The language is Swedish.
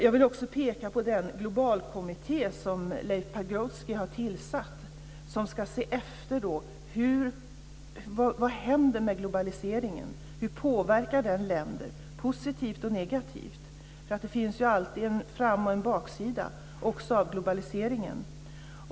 Jag vill också peka på den globalkommitté som Leif Pagrotsky har tillsatt, som ska följa vad som händer med globaliseringen, hur den påverkar länder positivt och negativt. Det finns ju alltid en fram och en baksida också av globaliseringen.